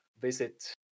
visit